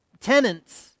tenants